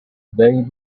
they